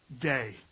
day